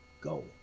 go